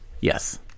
yes